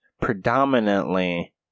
Predominantly